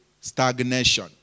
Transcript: Stagnation